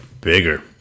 bigger